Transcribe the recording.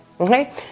Okay